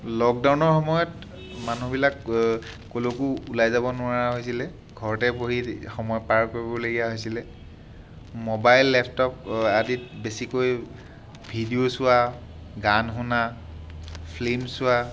লকডাউনৰ সময়ত মানুহবিলাক কলৈকো ওলাই যাব নোৱাৰা হৈছিলে ঘৰতে বহি সময় পাৰ কৰিব লগিয়া হৈছিলে মোবাইল লেপটপ আদি বেছিকৈ ভিডিঅ' চোৱা গান শুনা ফিল্ম চোৱা